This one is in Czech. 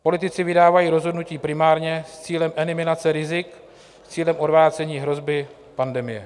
Politici vydávají rozhodnutí primárně s cílem eliminace rizik, s cílem odvrácení hrozby pandemie.